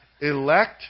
Elect